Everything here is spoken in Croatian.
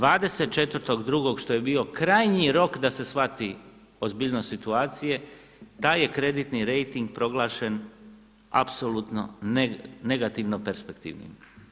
24.2. što je bio krajnji rok da se shvati ozbiljnost situacije taj je kreditni rejting proglašen apsolutno negativno perspektivnim.